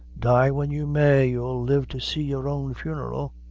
die when you may, you'll live to see your own funeral.